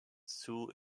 sue